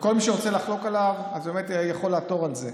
וכל מי שרוצה לחלוק עליו אז באמת יכול לעתור על זה.